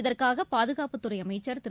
இதற்காகபாதுகாப்புத்துறைஅமைச்சர் திரு